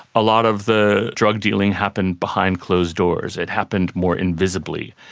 a lot of the drug dealing happened behind closed doors, it happened more invisibly.